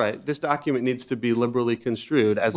right this document needs to be liberally construed as